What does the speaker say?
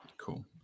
Cool